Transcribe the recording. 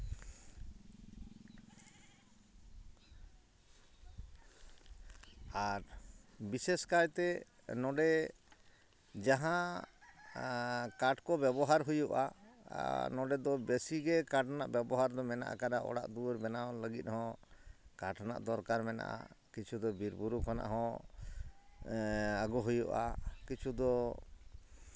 ᱟᱨ ᱵᱤᱥᱮᱥ ᱠᱟᱭᱛᱮ ᱱᱚᱰᱮ ᱡᱟᱦᱟᱸ ᱠᱟᱴ ᱠᱚ ᱵᱮᱵᱚᱦᱟᱨ ᱦᱩᱭᱩᱜᱼᱟ ᱱᱚᱰᱮ ᱫᱚ ᱵᱮᱥᱤ ᱜᱮ ᱠᱟᱴ ᱨᱮᱱᱟᱜ ᱵᱮᱵᱚᱦᱟᱨ ᱫᱚ ᱢᱮᱱᱟᱜ ᱠᱟᱫᱟ ᱚᱲᱟᱜ ᱫᱩᱣᱟᱹᱨ ᱵᱮᱱᱟᱣ ᱞᱟᱹᱜᱤᱫ ᱦᱚᱸ ᱠᱟᱴ ᱨᱮᱱᱟᱜ ᱫᱚᱨᱠᱟᱨ ᱢᱮᱱᱟᱜᱼᱟ ᱠᱤᱪᱷᱩ ᱫᱚ ᱵᱤᱨ ᱵᱩᱨᱩ ᱠᱷᱚᱱᱟᱜ ᱦᱚᱸ ᱟᱹᱜᱩ ᱦᱩᱭᱩᱜᱼᱟ ᱠᱤᱪᱷᱩ ᱫᱚ